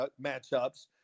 matchups